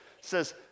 says